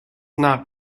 not